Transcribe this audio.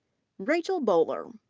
rachel boler,